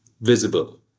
visible